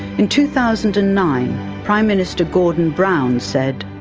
in two thousand and nine prime minister gordon brown said